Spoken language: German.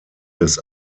des